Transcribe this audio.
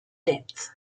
depth